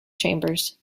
chambers